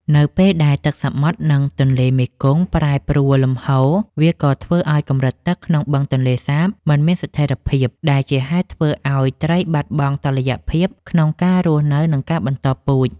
នៅពេលដែលទឹកសមុទ្រ និងទន្លេមេគង្គប្រែប្រួលលំហូរ វាក៏ធ្វើឱ្យកម្រិតទឹកក្នុងបឹងទន្លេសាបមិនមានស្ថិរភាព ដែលជាហេតុធ្វើឱ្យត្រីបាត់បង់តុល្យភាពក្នុងការរស់នៅ និងការបន្តពូជ។